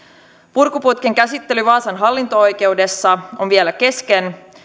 purkuputkien käsittely vaasan hallinto oikeudessa on vielä kesken